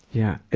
yeah.